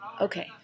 Okay